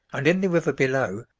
and in the river below,